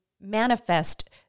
manifest